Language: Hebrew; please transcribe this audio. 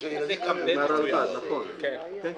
וזה שינוי לצאת עם קמפיין הסברתי בעניין הזה.